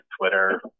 Twitter